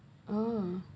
oh